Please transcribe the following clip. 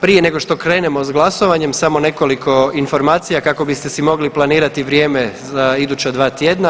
Prije nego što krenemo sa glasovanjem samo nekoliko informacija kako biste si mogli planirati vrijeme za iduća dva tjedna.